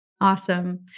Awesome